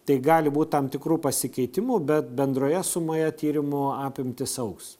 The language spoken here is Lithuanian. tai gali būt tam tikrų pasikeitimų bet bendroje sumoje tyrimų apimtys augs